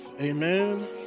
Amen